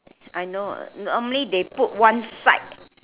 I know normally they put one side